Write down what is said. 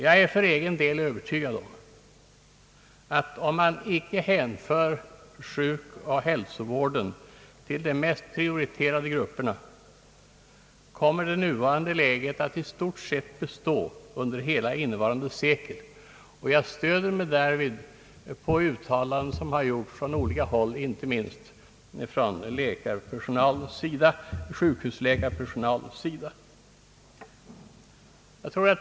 Jag är för egen del övertygad om att om man inte hänför sjukoch hälsovården till de mest prioriterade grupperna, kommer nuvarande läge att i stort sett bestå under hela innevarande sekel. Jag stöder mig därvid på uttalanden som har gjorts från olika håll, inte minst från sjukhusläkares sida.